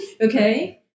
Okay